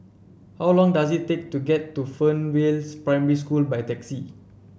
how long does it take to get to Fernvale Primary School by taxi